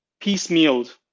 piecemealed